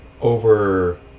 over